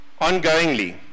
ongoingly